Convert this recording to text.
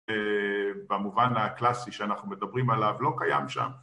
במובן הקלאסי שאנחנו מדברים עליו לא קיים שם